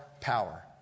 power